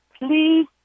Please